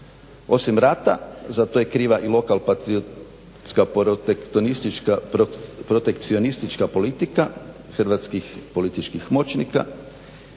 osim rata za to je kriva i lokal patriotska protekcionistička politika hrvatskih političkih moćnika,